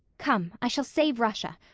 come, i shall save russia.